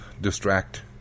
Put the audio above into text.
distract